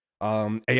AI